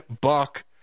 Buck